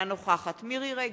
ברשותך,